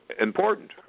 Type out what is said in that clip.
important